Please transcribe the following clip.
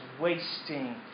wasting